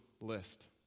list